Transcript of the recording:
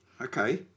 Okay